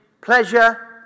pleasure